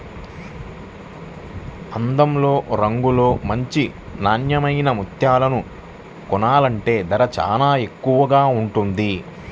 అందంలో, రంగులో మంచి నాన్నెమైన ముత్యాలను కొనాలంటే ధర చానా ఎక్కువగా ఉంటది